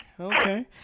Okay